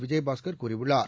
விஜயபாஸ்கர் கூறியுள்ளார்